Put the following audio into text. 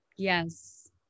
Yes